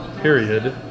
period